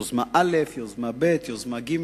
יוזמה א', יוזמה ב', יוזמה ג'.